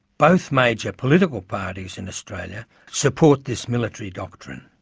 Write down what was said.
both major political parties in australia support this military doctrine.